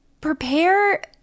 prepare